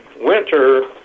winter